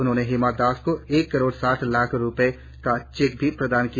उन्होंने हिमा दास को एक करोड़ साठ लाख रुपये का चेक भी प्रदान किया